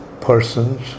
persons